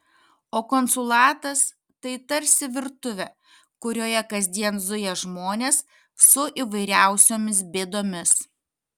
o konsulatas tai tarsi virtuvė kurioje kasdien zuja žmonės su įvairiausiomis bėdomis